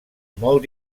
molt